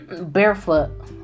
barefoot